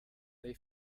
they